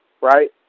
right